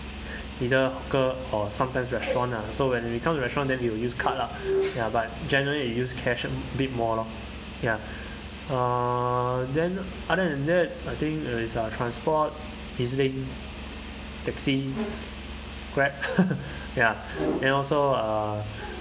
either hawker or sometimes restaurant ah so when we come to restaurant that we will use card lah ya but generally we use cash a bit more lor ya err then other than that I think uh it's uh transport easily taxi grab ya and also uh